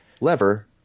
lever